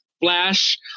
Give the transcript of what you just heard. flash